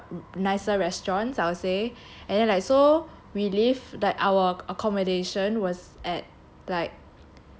the nice th~ nicer restaurants I would say and then like so we leave like our accommodation was at like